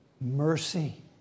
Mercy